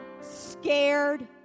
scared